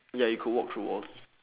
ya you could walk through walls